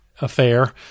affair